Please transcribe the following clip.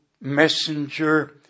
messenger